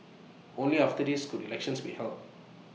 only after this could elections be held